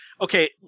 Okay